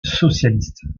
socialiste